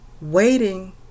waiting